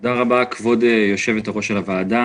תודה רבה, כבוד יושבת-ראש הוועדה.